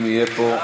אם יהיה פה,